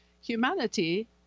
humanity